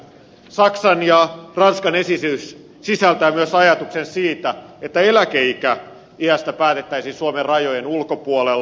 saksan ja ranskan esitys sisältää myös ajatuksen siitä että eläkeiästä päätettäisiin suomen rajojen ulkopuolella